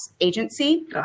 agency